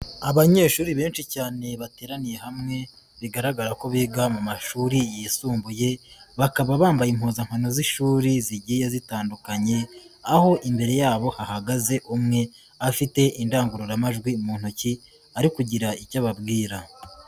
Abanyeshuri benshi cyane bateraniye hamwe bigaragara ko biga mu mashuri yisumbuye, bakaba bambaye impunzankano z'ishuri zigiye zitandukanye, aho imbere yabo hahagaze umwe afite indangururamajwi mu ntoki ari kugira icyo ababwira.